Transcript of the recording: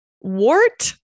Wart